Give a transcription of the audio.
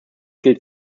gilt